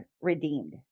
redeemed